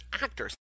actors